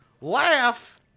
Laugh